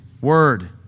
word